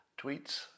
tweets